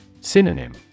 Synonym